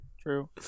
True